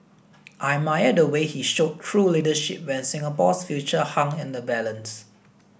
I admire the way he showed true leadership when Singapore's future hung in the balance